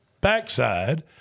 backside